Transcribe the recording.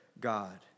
God